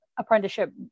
Apprenticeship